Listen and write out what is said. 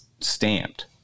stamped